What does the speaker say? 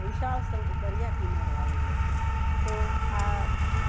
વિશાળ દરિયા કિનારો આવેલો છે તો આ